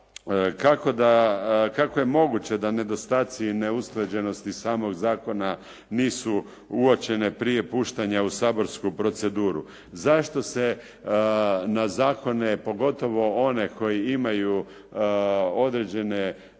Kako je moguće da nedostaci neusklađenosti samog zakona nisu uočene prije puštanja u saborsku proceduru. Zašto se na zakone pogotovo one koji imaju određene